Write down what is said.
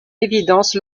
évidence